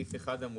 בסעיף 1 המוצע,